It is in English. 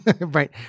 Right